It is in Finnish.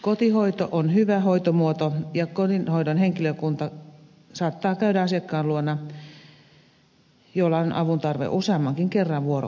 kotihoito on hyvä hoitomuoto ja kotihoidon henkilökunta saattaa käydä asiakkaan luona jolla on avun tarve useammankin kerran vuorokaudessa